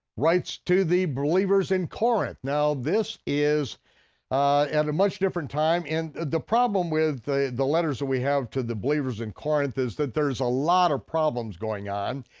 writes to the believers in corinth. now this is at a much different time, and the problem with the the letters that we have to the believers in corinth is that there's a lot of problems going on,